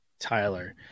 Tyler